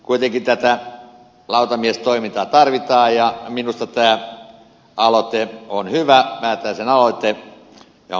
kuitenkin tätä lautamiestoimintaa tarvitaan ja minusta tämä aloite on hyvä väätäisen aloite ja on paikallaan